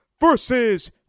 versus